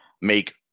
make